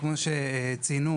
כפי שציינו,